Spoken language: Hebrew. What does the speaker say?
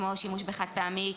כמו שימוש בחד פעמי,